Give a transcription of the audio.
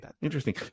Interesting